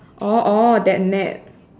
orh orh that net